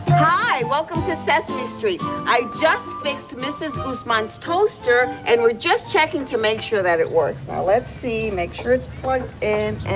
hi. welcome to sesame street. i just fixed mrs. goosemont's toaster, and we're just checking to make sure that it works. now, let's see. make sure it's plugged in.